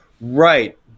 Right